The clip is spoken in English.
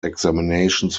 examinations